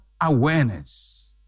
awareness